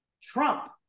Trump